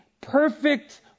perfect